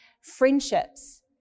friendships